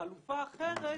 חלופה אחרת